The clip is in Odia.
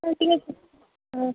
ହଉ ଠିକ୍ ଅଛି ହଁ